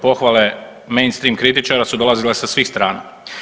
Pohvale Meanstream kritičara su dolazile sa svih strana.